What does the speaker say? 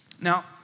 Now